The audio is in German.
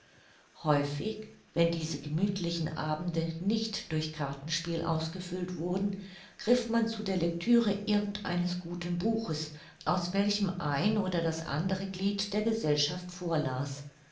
häufig wenn diese gemüthlichen abende nicht durch kartenspiel ausgefüllt wurden griff man zu der lectüre irgend eines guten buches aus welchem ein oder das andere glied der gesellschaft vorlas